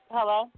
Hello